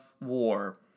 War